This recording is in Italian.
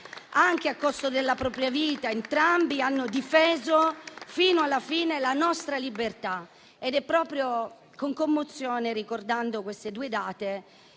anche a costo della propria vita. Entrambi hanno difeso fino alla fine la nostra libertà. Ed è proprio con commozione, ricordando queste due date